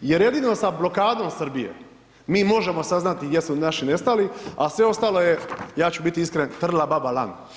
jer jedino sa blokadom Srbije mi možemo saznati gdje su naši nestali, a sve ostalo je ja ću biti iskren, trla baba lan.